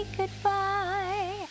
goodbye